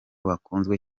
bakunzwe